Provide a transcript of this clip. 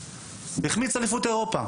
הוא החמיץ את ההשתתפות באליפות אירופה.